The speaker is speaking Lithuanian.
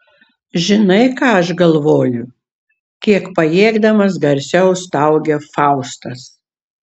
žinai ką aš galvoju kiek pajėgdamas garsiau staugia faustas